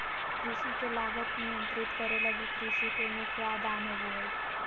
कृषि के लागत नियंत्रित करे लगी कृषि के मुख्य आदान होबो हइ